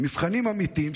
מבחנים אמיתיים,